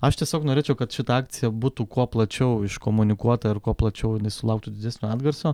aš tiesiog norėčiau kad šita akcija būtų kuo plačiau iškomunikuota ir kuo plačiau sulauktų didesnio atgarsio